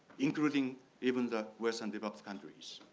including even the western developed countries.